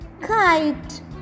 kite